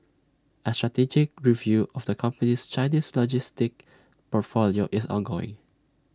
A strategic review of the company's Chinese logistics portfolio is ongoing